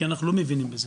כי אנחנו לא מבינים בזה.